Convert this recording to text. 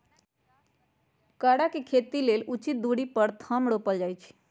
केरा के खेती लेल उचित दुरी पर थम रोपल जाइ छै